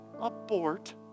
abort